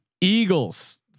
Eagles